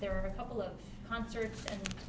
there are a couple of concerts